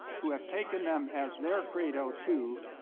who have taken them as their credo too,